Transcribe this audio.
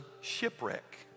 shipwreck